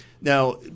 Now